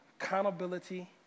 accountability